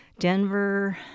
Denver